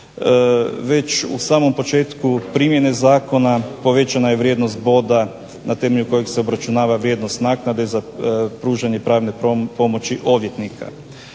Već u samom početku primjene zakona povećana je vrijednost boda na temelju kojeg se obračunava vrijednost naknade za pružanje pravne pomoći odvjetnika.